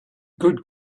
good